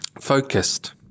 focused